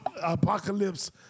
apocalypse